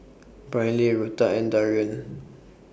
Brynlee Rutha and Darion